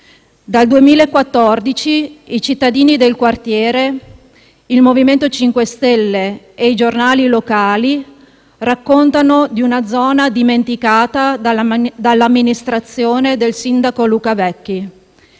Dal 2014 i cittadini del quartiere, il MoVimento 5 Stelle e i giornali locali raccontano di una zona dimenticata dall'amministrazione del sindaco Luca Vecchi.